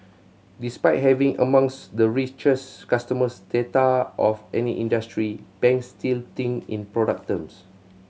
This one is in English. despite having amongst the customer data of any industry banks still think in product terms